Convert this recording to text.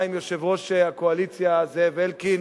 עם יושב-ראש הקואליציה זאב אלקין,